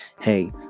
hey